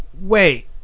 wait